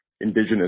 indigenous